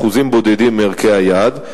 אחוזים בודדים מערכי היעד.